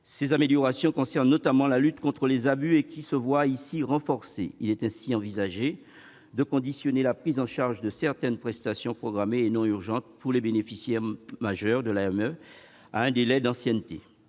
Ces améliorations concernent notamment la lutte contre les abus, qui se voit ici renforcée. Il est envisagé de conditionner la prise en charge de certaines prestations programmées et non urgentes, pour les bénéficiaires majeurs de l'AME, à un délai d'ancienneté.